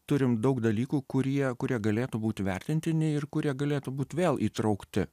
turim daug dalykų kurie kurie galėtų būti vertintini ir kurie galėtų būt vėl įtraukti